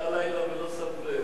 ולא שמנו לב.